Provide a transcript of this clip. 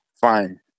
fine